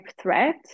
threat